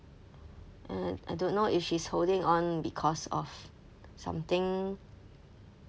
and I don't know if she's holding on because of something